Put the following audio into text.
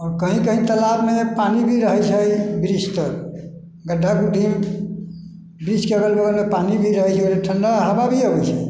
कहीँ कहीँ तालाबमे पानी भी रहै छै वृक्षतर गड्ढा गुड्ढीमे वृक्षके अगल बगलमे पानी भी रहै छै आओर ठण्डा हवा भी अबै छै